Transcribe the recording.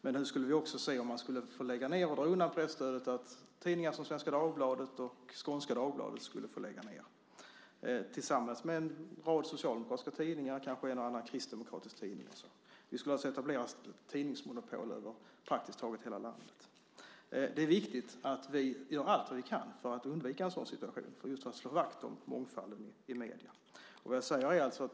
Men nu skulle vi också se, om man skulle få lägga ned och dra undan presstödet, att tidningar som Svenska Dagbladet och Skånska Dagbladet skulle få lägga ned, tillsammans med en rad socialdemokratiska tidningar och kanske en och annan kristdemokratisk tidning. Det skulle etableras tidningsmonopol över praktiskt taget hela landet. Det är viktigt att vi gör allt vad vi kan för att undvika en sådan situation, just för att slå vakt om mångfalden i medierna.